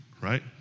right